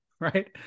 Right